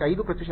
5 ಪ್ರತಿಶತ